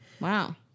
Wow